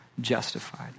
Justified